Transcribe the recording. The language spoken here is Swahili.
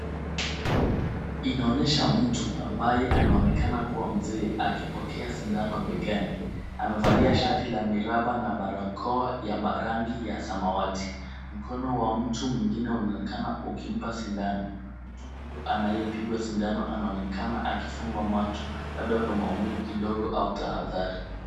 Inaonyesha mtu ambaye anaonekana kuwa mzee akipokea sindano begani. Amevalia shati la miraba na barakoa ya rangi ya samawati. Mkono wa mtu mwingine unaonekana ukimpa sindano. Mtu huyo anayepigiwa sindano anaonekana akifumba macho, labda kwa maumivu kidogo au tahadhari.